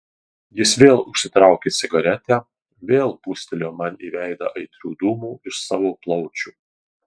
jis vėl užsitraukė cigaretę vėl pūstelėjo man į veidą aitrių dūmų iš savo plaučių